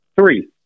Three